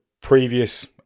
previous